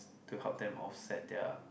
to help them off set their